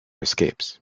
escapes